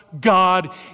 God